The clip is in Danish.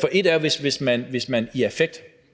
For et er, hvis man i affekt